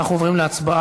אנחנו עוברים להצבעה.